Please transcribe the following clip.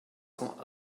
cents